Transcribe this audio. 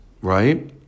right